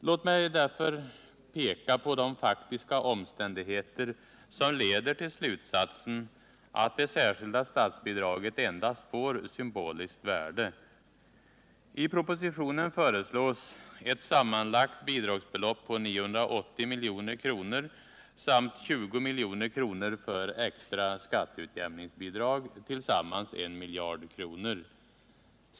Låt mig därför peka på de faktiska omständigheter som leder till slutsatsen att det särskilda statsbidraget endast får symboliskt värde. I propositionen föreslås ett sammanlagt bidragsbelopp på 980 milj.kr. samt 20 milj.kr. i extra skatteutjämningsbidrag, tillsammans 1 miljard kronor.